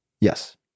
yes